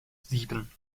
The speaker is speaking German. sieben